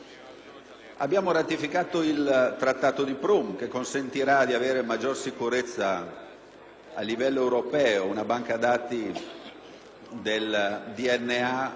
Abbiamo ratificato il trattato di Prum, che consentirà di avere maggiore sicurezza a livello europeo: penso alla banca dati del DNA